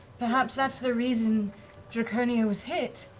perhaps that's the reason draconia was hit.